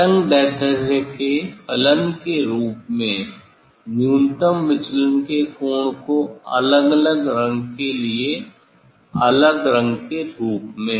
तरंग दैर्ध्य के फलन के रूप में न्यूनतम विचलन के कोण को अलग अलग रंग के लिए अलग रंग के रूप में